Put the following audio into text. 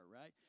right